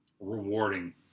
rewarding